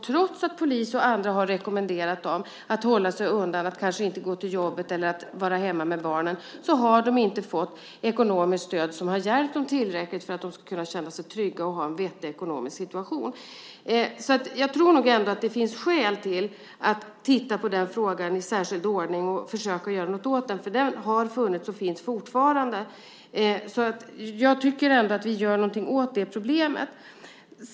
Trots att polis och andra har rekommenderat dem att hålla sig undan och kanske inte gå till jobbet utan vara hemma med barnen, har de inte fått ett ekonomiskt stöd som har hjälpt dem tillräckligt för att de ska kunna känna sig trygga och ha en vettig ekonomisk situation. Jag tror nog ändå att det finns skäl att titta på den frågan i särskild ordning och försöka göra någonting åt den. Den har funnits och finns fortfarande. Jag tycker ändå att vi gör någonting åt det problemet.